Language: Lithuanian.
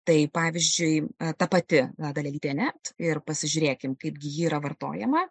tai pavyzdžiui ta pati na dalelytė net ir pasižiūrėkim kaip gi ji yra vartojama